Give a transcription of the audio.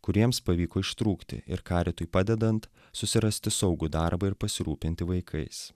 kuriems pavyko ištrūkti ir caritui padedant susirasti saugų darbą ir pasirūpinti vaikais